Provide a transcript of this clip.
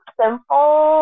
simple